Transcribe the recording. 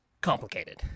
complicated